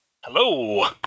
Hello